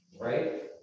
Right